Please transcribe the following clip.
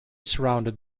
surrounded